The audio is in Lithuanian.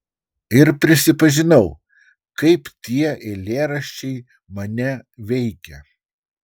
ir prisipažinau kaip tie eilėraščiai mane veikia